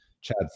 Chad